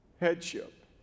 headship